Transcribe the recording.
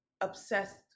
obsessed